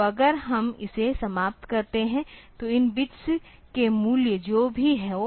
तो अगर हम इसे समाप्त करते हैं तो इन बिट्स के मूल्य जो भी हों